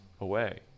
away